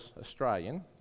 Australian